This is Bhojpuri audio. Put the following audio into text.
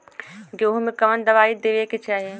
गेहूँ मे कवन दवाई देवे के चाही?